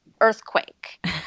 earthquake